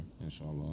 inshallah